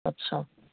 अच्छा